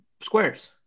squares